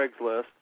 Craigslist